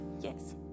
Yes